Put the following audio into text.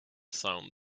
sound